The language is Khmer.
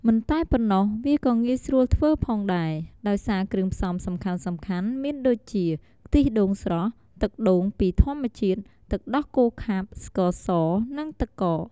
មិនតែប៉ុណ្ណោះ វាក៏ងាយស្រួលធ្វើផងដែរ ដោយសារគ្រឿងផ្សំសំខាន់ៗមានដូចជា ខ្ទិះដូងស្រស់ ទឹកដូងពីធម្មជាតិ ទឹកដោះគោខាប់ ស្ករស និងទឹកកក។